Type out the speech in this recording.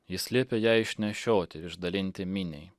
jis liepė ją išnešioti išdalinti miniai